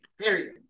Period